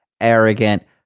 Arrogant